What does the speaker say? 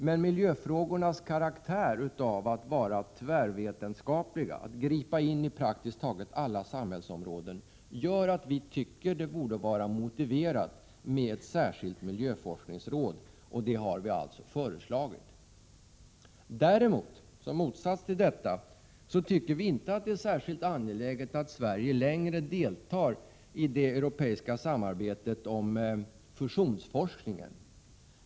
Men miljöfrågornas karaktär av att vara tvärvetenskapliga, att gripa in i praktiskt taget alla samhällsområden, gör att vi tycker att det borde vara motiverat med ett särskilt miljöforskningsråd. Vi har alltså föreslagit att ett sådant inrättas. Däremot tycker vi inte att det är särskilt angeläget att Sverige längre deltar i det europeiska samarbetet om fusionsforskning.